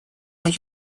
моем